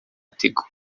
tigo